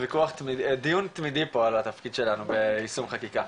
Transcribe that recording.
ודיון תמיד פה על התפקיד שלנו ביישום חקיקה.